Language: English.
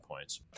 points